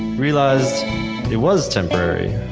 realized it was temporary.